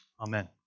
Amen